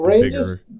bigger